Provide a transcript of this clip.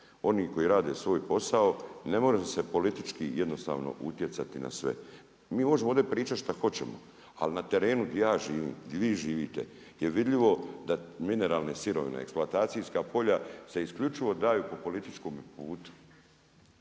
Oni koji rade svoj posao ne može se politički jednostavno utjecati na sve. Mi možemo ovdje pričati šta hoćemo, ali na terenu di ja živim, di vi živite je vidljivo da mineralne sirovine, eksploatacijska polja se isključivo daju po političkom putu,